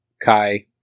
kai